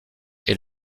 est